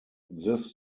this